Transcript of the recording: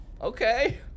Okay